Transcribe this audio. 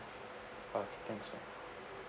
okay thanks so much